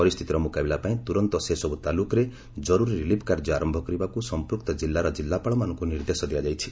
ପରିସ୍ଥିତିର ମୁକାବିଲା ପାଇଁ ତୁରନ୍ତ ସେସବୁ ତାଲୁକ୍ରେ ଜରୁରୀ ରିଲିଫ୍ କାର୍ଯ୍ୟ ଆରମ୍ଭ କରିବାକୁ ସଂପୃକ୍ତ ଜିଲ୍ଲାର ଜିଲ୍ଲାପାଳମାନଙ୍କୁ ନିର୍ଦ୍ଦେଶ ଦିଆଯାଇଛି